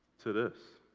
to this.